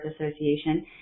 Association